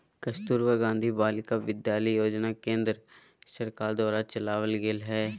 कस्तूरबा गांधी बालिका विद्यालय योजना केन्द्र सरकार के द्वारा चलावल गेलय हें